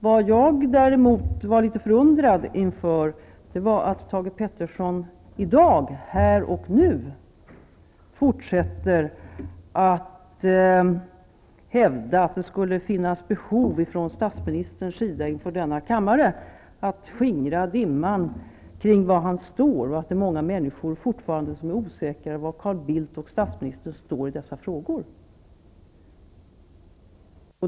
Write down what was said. Vad jag däremot var litet förundrad inför var att Thage Peterson här och nu fortsätter att hävda att det skulle finnas behov för statsministern att inför denna kammare skingra dimman kring var han står och att många människor fortfarande är osäkra om var statsminister Carl Bildt står i dessa frågor.